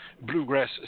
Bluegrass